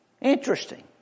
Interesting